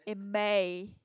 in May